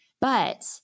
But-